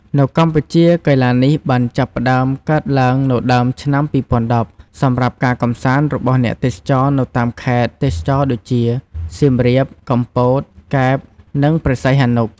នៅកម្ពុជា កីឡានេះបានចាប់ផ្ដើមកើតឡើងនៅដើមឆ្នាំ ២០១០ សម្រាប់ការកម្សាន្តរបស់អ្នកទេសចរនៅតាមខេត្តទេសចរណ៍ដូចជា សៀមរាប កំពត កែប និងព្រះសីហនុ។